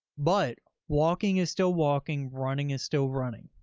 but walking is still walking. running is still running.